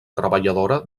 treballadora